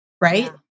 Right